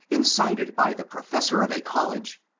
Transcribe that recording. incited by the professor of a college,